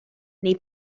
nei